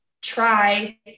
Try